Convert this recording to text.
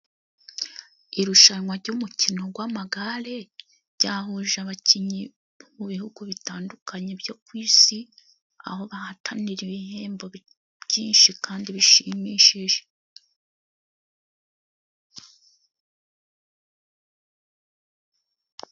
Irushanwa ry'umukino gw'amagare ryahuje abakinyi mu bihugu bitandukanye byo ku isi, aho bahatanira ibihembo byinshi kandi bishimishije.